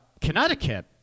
Connecticut